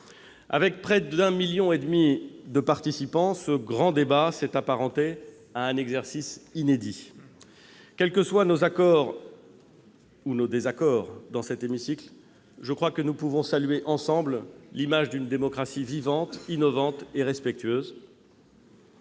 Avec près de 1,5 million de participants, ce grand débat s'est apparenté à un exercice inédit. Quels que soient nos accords ou nos désaccords, nous pouvons saluer ensemble l'image d'une démocratie vivante, innovante et respectueuse.